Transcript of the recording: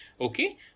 Okay